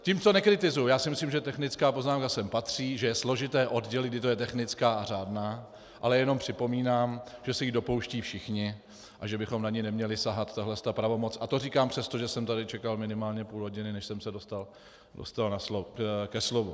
Tím to nekritizuji, já si myslím, že technická poznámka sem patří, že je složité oddělit, kdy to je technická a řádná, ale jenom připomínám, že se jich dopouštějí všichni a že bychom na ně neměli sahat, tato pravomoc, a to říkám přesto, že jsem tady čekal minimálně půl hodiny, než jsem se dostal ke slovu.